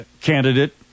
candidate